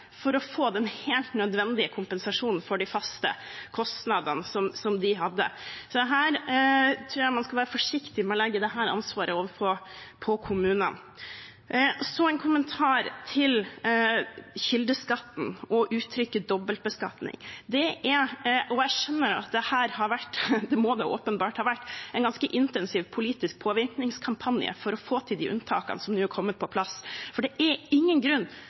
for å få den helt nødvendige kompensasjonen for de faste kostnadene som de hadde. Så jeg tror man skal være forsiktig med å legge dette ansvaret over på kommunene. Så en kommentar til kildeskatten og uttrykket dobbeltbeskatning. Jeg skjønner at det her har vært – det må det åpenbart ha vært – en ganske intensiv politisk påvirkningskampanje for å få til de unntakene som nå er kommet på plass, for det er ingen grunn